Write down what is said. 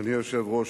אדוני היושב-ראש,